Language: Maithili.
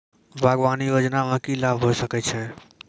बागवानी योजना मे की लाभ होय सके छै?